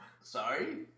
Sorry